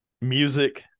music